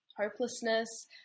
hopelessness